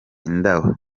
indabo